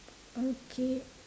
okay